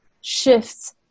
shifts